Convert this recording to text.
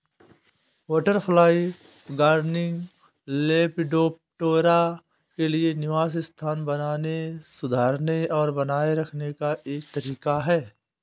butterfly gardening, Lepidoptera के लिए निवास स्थान बनाने, सुधारने और बनाए रखने का एक तरीका है